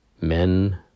Men